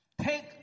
Take